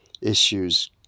issues